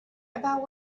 about